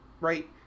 right